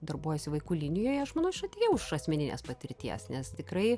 darbuojuosi vaikų linijoje aš manau aš atėjau iš asmeninės patirties nes tikrai